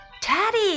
Teddy